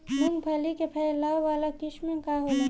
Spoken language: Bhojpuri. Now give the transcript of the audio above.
मूँगफली के फैले वाला किस्म का होला?